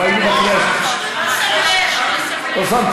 כבר היינו בקריאה, לא שמנו לב.